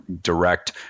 direct